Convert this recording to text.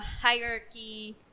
hierarchy